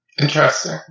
Interesting